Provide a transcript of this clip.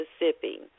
Mississippi